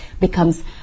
becomes